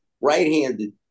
right-handed